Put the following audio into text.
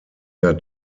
der